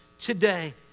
today